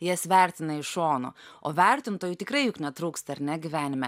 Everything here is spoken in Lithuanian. jas vertina iš šono o vertintojų tikrai juk netrūksta ar ne gyvenime